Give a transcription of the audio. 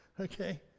okay